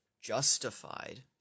justified